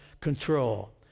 control